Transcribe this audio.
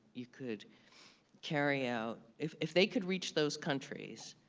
you could carry out. if if they could reach those countries,